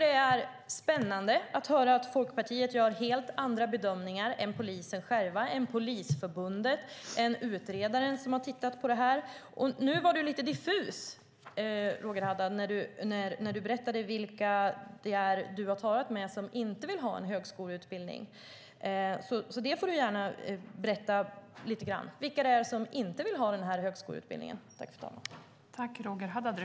Det är spännande att höra att Folkpartiet gör helt andra bedömningar än polisen själv, andra än Polisförbundet och utredaren som tittat på detta. Nu var du lite diffus, Roger Haddad, när du berättade vilka du talat med som inte vill ha en högskoleutbildning. Du får därför gärna berätta vilka det är som inte vill ha det.